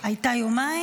היא הייתה יומיים